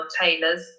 tailors